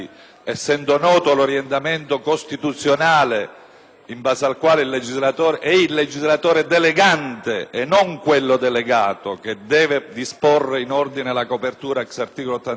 in base al quale è il legislatore delegante - e non quello delegato - che deve disporre in ordine alla copertura *ex* articolo 81 della Costituzione. Lei, signor Ministro, ha citato